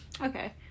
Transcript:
Okay